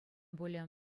пулӗ